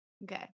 Okay